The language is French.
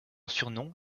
surnom